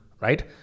right